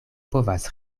povas